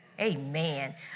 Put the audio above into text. Amen